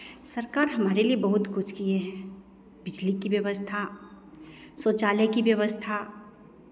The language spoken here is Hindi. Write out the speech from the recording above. सरकार हमारे लिए बहुत कुछ किये हैं बिजली की व्यवस्था शौचालय की व्यवस्था